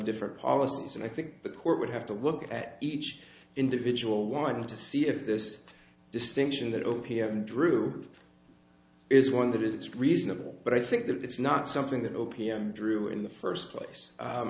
different policies and i think the court would have to look at each individual wanted to see if this distinction that o p m drew is one that is it's reasonable but i think that it's not something that o p m drew in the first place